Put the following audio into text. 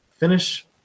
Finish